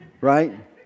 right